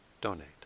donate